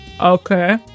Okay